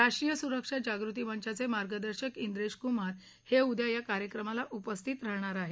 राष्ट्रीय सुरक्षा जागृती मंचाचे मार्गदर्शक द्वेश कुमार हे उद्या या कार्यक्रमाला उपस्थित राहणार आहेत